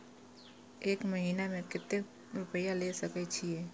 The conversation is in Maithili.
एक महीना में केते रूपया ले सके छिए?